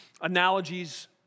analogies